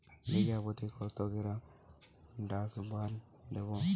বিঘাপ্রতি কত গ্রাম ডাসবার্ন দেবো?